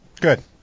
good